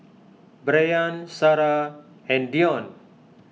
Brayan Sara and Deon